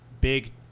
big